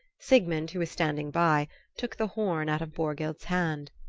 sigmund who was standing by took the horn out of borghild's hand.